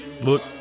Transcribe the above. look